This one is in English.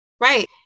Right